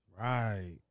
Right